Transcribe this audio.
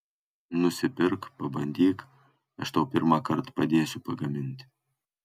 nusipirk pabandyk aš tau pirmąkart padėsiu pagaminti